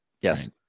Yes